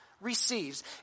receives